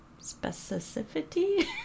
specificity